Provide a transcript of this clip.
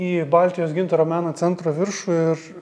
į baltijos gintaro meno centro viršų ir